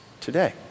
today